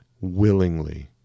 willingly